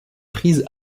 prises